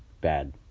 bad